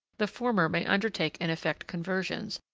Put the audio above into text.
the former may undertake and effect conversions,